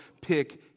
pick